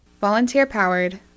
Volunteer-powered